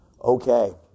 Okay